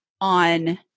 on